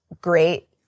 great